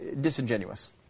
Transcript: disingenuous